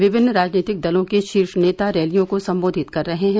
विभिन्न राजनीतिक दलों के शीर्ष नेता रैलियों को संबोधित कर रहे हैं